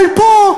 אבל פה,